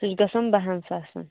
سُہ چھُ گَژھان باہَن ساسَن